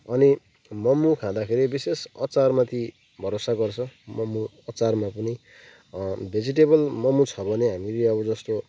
अनि मोमो खाँदाखेरि विशेष अचारमाथि भरोसा गर्छ मोमो अचारमा पनि भेजिटेबल मोमो छ भने हामीले अब जस्तो